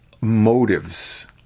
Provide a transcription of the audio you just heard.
motives